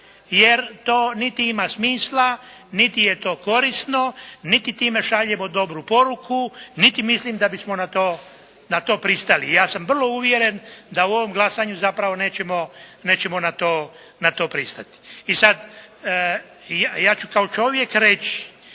Jer to niti ima smisla, niti je to korisno, niti time šaljemo dobru poruku niti mislim da bismo na to, na to pristali. Ja sam vrlo uvjeren da u ovom glasanju zapravo nećemo, nećemo na to pristati. I sad, ja ću kao čovjek reći